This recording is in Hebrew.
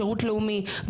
שירות לאומי,